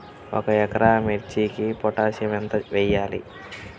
ఒక ఎకరా మిర్చీకి పొటాషియం ఎంత వెయ్యాలి?